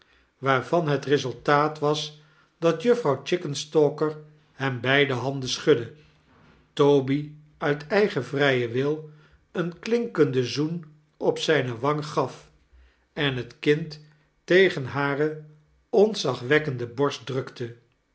waarvan het resultaat was dat juffrouw chickenstalkei hem beide handen schudde toby uit eigen vrijen wil een klinkenden zoen op zijne wang gaf en het kind tegen hare ontzagwekkende borst drukte